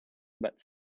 but